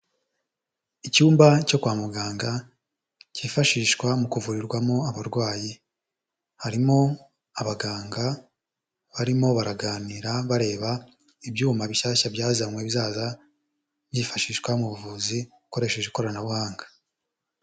Icyumba cyo kwa muganga cyifashishwa mu kuvurirwamo abarwayi, harimo abaganga barimo baraganira bareba ibyuma bishyashya byazanywe bizaza byifashishwa mu buvuzi ukoresheje ikoranabuhanga.